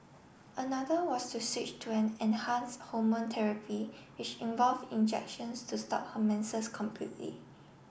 another was to switch to an enhance hormone therapy which involve injections to stop her menses completely